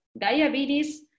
Diabetes